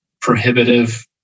prohibitive